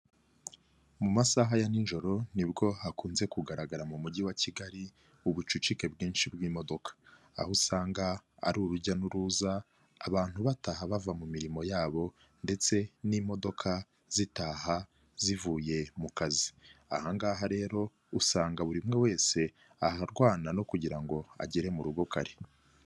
Mu masaaha ya n'ijoro nibwo hakunze kugaragara mu mujyi wa Kigali ubucucike bwinshi bw'imodoka aho usanga ari urujya n'uruza, abantu bataha bava mu mirimo yabo ndetse n'imodoka zitaha zivuye mu kazi, aha ngaha rero usanga buri umwe wese arwana no kugira ngo agere mu rugo kare.